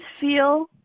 feel